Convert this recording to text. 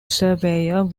surveyor